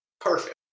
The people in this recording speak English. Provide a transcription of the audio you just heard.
perfect